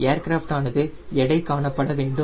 aircraft ஆனது எடை காணப்பட வேண்டும்